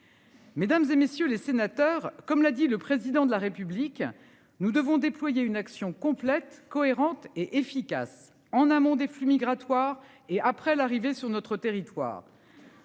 Mesdames, et messieurs les sénateurs, comme l'a dit le président de la République. Nous devons déployer une action complète cohérente et efficace en amont des flux migratoires et après l'arrivée sur notre territoire.